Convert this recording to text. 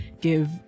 give